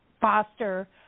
foster